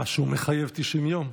מה, שהוא מחייב 90 יום?